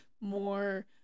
more